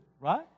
right